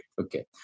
okay